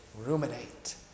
ruminate